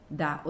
da